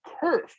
curve